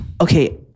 Okay